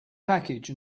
package